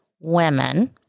women